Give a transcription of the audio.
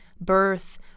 birth